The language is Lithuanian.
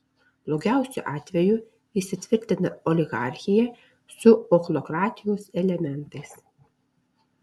blogiausiu atveju įsitvirtina oligarchija su ochlokratijos elementais